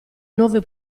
nuove